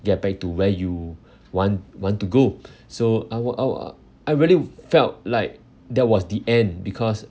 get back to where you want want to go so I w~ I w~ I really felt like that was the end because